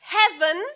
heaven